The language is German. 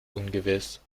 ungewiss